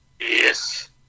Yes